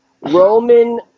Roman